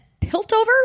Piltover